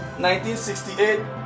1968